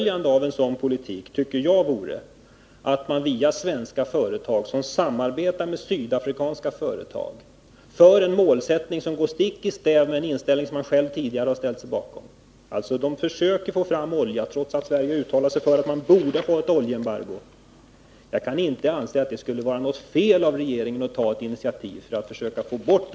Jag tycker att det inte vore något fel utan ett fullföljande av den tidigare politiken, om regeringen togett initiativ för att försöka stoppa de svenska företag som samarbetar med sydafrikanska företag för att få fram olja, trots att Sverige har uttalat sig för ett oljeembargo. Det rör sig ju här om en målsättning som man själv tidigare har ställt sig bakom.